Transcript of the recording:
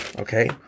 okay